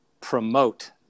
promote